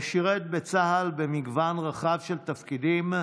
ושירת בצה"ל במגוון רחב של תפקידים,